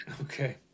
Okay